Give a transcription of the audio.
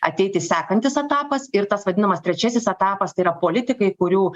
ateiti sekantis etapas ir tas vadinamas trečiasis etapas tai yra politikai kurių